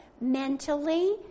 mentally